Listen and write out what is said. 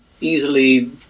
easily